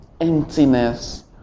emptiness